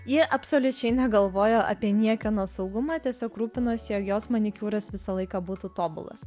ji absoliučiai negalvojo apie niekieno saugumą tiesiog rūpinosi jog jos manikiūras visą laiką būtų tobulas